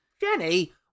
Jenny